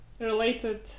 related